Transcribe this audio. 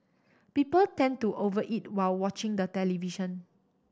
people tend to over eat while watching the television